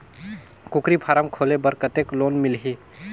कूकरी फारम खोले बर कतेक लोन मिलही?